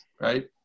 right